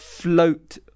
float